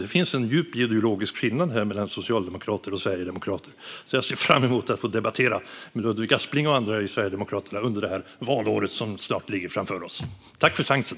Det finns en djup ideologisk skillnad här mellan socialdemokrater och sverigedemokrater. Jag ser därför fram emot att få debattera med Ludvig Aspling och andra i Sverigedemokraterna under detta valår som snart ligger framför oss. Tack för chansen!